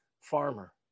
farmer